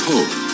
Hope